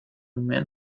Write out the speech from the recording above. men